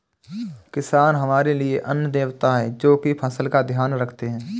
किसान हमारे लिए अन्न देवता है, जो की फसल का ध्यान रखते है